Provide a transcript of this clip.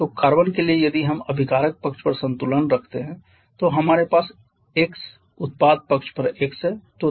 तो कार्बन के लिए यदि हम अभिकारक पक्ष पर संतुलन रखते हैं तो हमारे पास x उत्पाद पक्ष पर x है